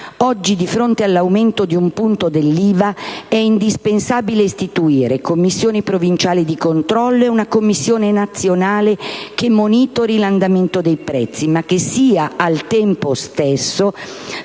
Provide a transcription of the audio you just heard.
Oggi, di fronte all'aumento di un punto dell'IVA, è indispensabile istituire commissioni provinciali di controllo e una commissione nazionale che monitori l'andamento dei prezzi che sia, al tempo stesso,